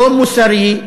לא מוסרי,